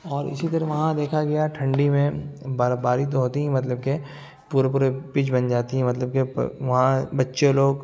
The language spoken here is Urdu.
اور اسی طرح وہاں دیکھا گیا ٹھنڈی میں برفباری تو ہوتی ہے مطلب کہ پورے پورے پچ بن جاتی ہیں مطلب کہ وہاں بچے لوگ